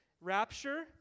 Rapture